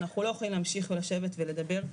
אנחנו לא יכולים להמשיך ולשבת ולדבר,